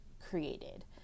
created